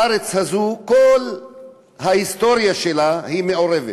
הארץ הזאת, כל ההיסטוריה שלה מעורבת,